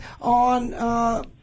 on